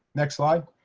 next slide.